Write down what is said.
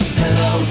hello